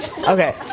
Okay